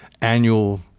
annual